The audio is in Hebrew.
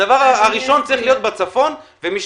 הדבר הראשון צריך להיות בצפון או בדרום,